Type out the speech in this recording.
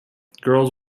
girls